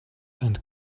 and